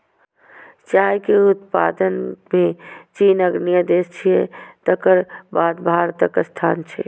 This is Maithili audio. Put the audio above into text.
चाय के उत्पादन मे चीन अग्रणी देश छियै, तकर बाद भारतक स्थान छै